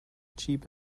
cheap